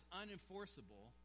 unenforceable